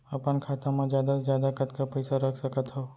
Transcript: अपन खाता मा जादा से जादा कतका पइसा रख सकत हव?